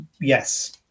yes